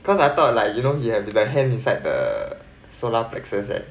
cause I thought like you know he have the hand inside the solar plexus eh